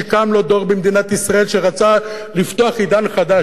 שקם לו דור במדינת ישראל שרצה לפתוח עידן חדש.